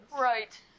right